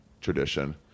tradition